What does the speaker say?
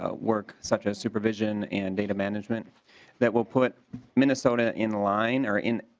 ah work such as supervision and data management that will put minnesota in line or in